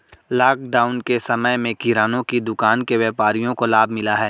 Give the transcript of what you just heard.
lockdown के समय में किराने की दुकान के व्यापारियों को लाभ मिला है